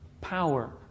Power